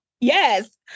yes